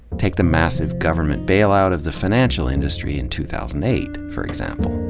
take the massive government bailout of the financial industry in two thousand eight, for example.